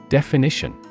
Definition